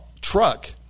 truck